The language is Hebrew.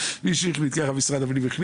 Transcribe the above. במשרד הפנים.